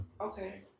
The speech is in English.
Okay